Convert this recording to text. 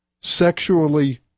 sexually